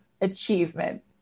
achievement